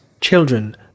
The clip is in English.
children